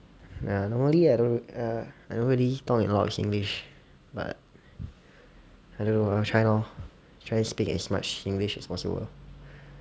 ya normally I don't err I don't really talk in a lot of singlish but I don't know I try lor try to speak as much singlish as possible